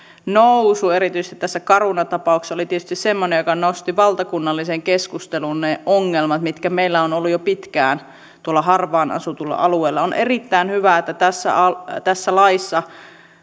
nousu erityisesti tässä caruna tapauksessa oli tietysti semmoinen joka nosti valtakunnalliseen keskusteluun ne ongelmat mitkä meillä on ollut jo pitkään tuolla harvaan asutuilla alueilla on erittäin hyvä että tässä laissa